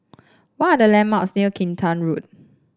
what are the landmarks near Kinta Road